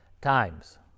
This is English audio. times